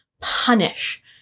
punish